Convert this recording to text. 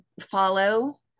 follow